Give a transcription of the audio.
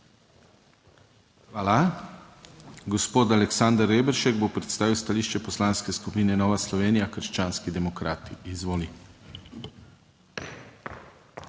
Hvala. Gospod Aleksander Reberšek bo predstavil stališče Poslanske skupine Nova Slovenija - krščanski demokrati, izvoli.